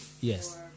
Yes